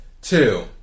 Two